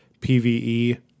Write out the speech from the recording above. PVE